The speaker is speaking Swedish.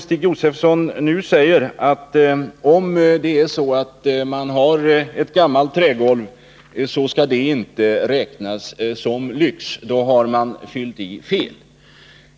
Stig Josefson säger här att ett gammalt trägolv inte skall räknas som lyx. I så fall har nog många fyllt i blanketten fel.